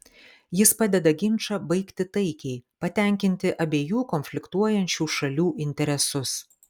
jis padeda ginčą baigti taikiai patenkinti abiejų konfliktuojančių šalių interesus